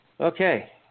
Okay